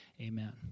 amen